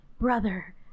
brother